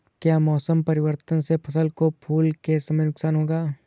क्या मौसम परिवर्तन से फसल को फूल के समय नुकसान होगा?